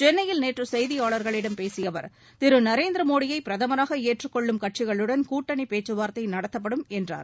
சென்னையில் நேற்று செய்தியாளர்களிடம் பேசிய அவர் திரு நரேந்திர மோடியை பிரதமராக ஏற்றுக்கொள்ளும் கட்சிகளுடன் கூட்டணி பேச்சுவார்த்தை நடத்தப்படும் என்றார்